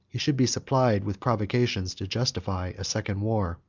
he should be supplied with provocations to justify a second war.